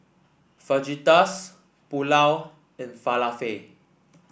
Fajitas Pulao and Falafel